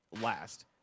last